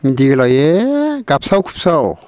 देलाय ए गाबस्राव खुबस्राव